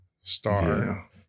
star